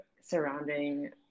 surrounding